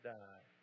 die